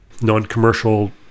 non-commercial